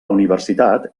universitat